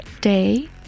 day